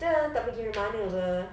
kita tak pergi mana-mana [pe]